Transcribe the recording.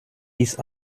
ist